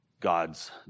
God's